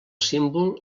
símbol